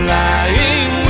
lying